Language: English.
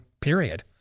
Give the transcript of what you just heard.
period